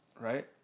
right